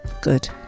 Good